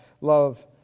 love